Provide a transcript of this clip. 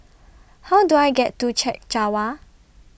How Do I get to Chek Jawa